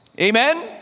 Amen